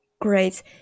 Great